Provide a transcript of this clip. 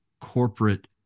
corporate